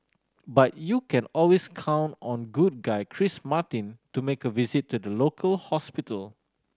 but you can always count on good guy Chris Martin to make a visit to the local hospital